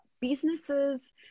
businesses